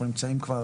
אנחנו נמצאים כבר,